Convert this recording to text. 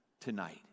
tonight